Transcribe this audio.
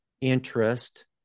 interest